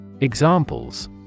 Examples